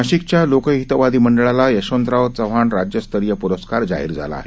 नाशिकच्या लोकहितवादी मंडळाला यशवंतराव चव्हाण राज्यस्तरीय प्रस्कार जाहीर झाला आहे